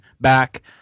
back